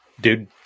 dude